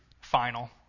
final